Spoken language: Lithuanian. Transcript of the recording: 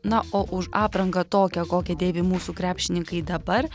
na o už aprangą tokią kokią dėvi mūsų krepšininkai dabar